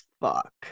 fuck